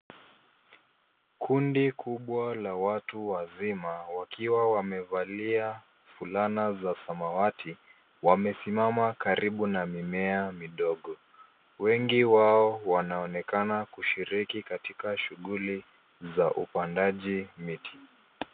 Kundi kubwa la watu wazima wakiwa wamevalia fulana za samawati, wamesimama karibu na mimea midogo. Wengi wao wanaonekana kushiriki katika shughuli za upandaji miti.